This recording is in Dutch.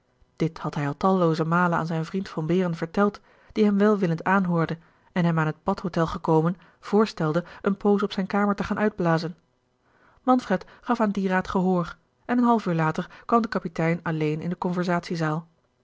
dit had hij al tallooze malen aan zijn vriend von behren verteld die hem welwillend aanhoorde en hem aan het badhotel gekomen voorstelde een poos op zijn kamer te gaan uitblazen manfred gaf aan dien raad gehoor en een half uur later kwam de kapitein alleen in de conversatie